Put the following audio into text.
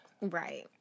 Right